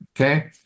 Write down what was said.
Okay